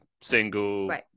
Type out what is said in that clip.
single